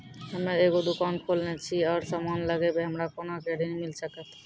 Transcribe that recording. हम्मे एगो दुकान खोलने छी और समान लगैबै हमरा कोना के ऋण मिल सकत?